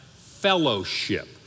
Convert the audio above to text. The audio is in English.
fellowship